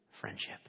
friendship